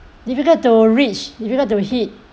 difficult to reach difficult to hit